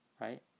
right